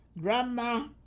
Grandma